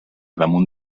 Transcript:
damunt